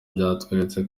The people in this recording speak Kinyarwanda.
byanyeretse